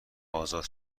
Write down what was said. آزاد